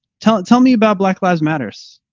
tell it tell me about black lives matters.